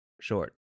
Short